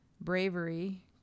bravery